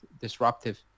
disruptive